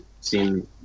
seen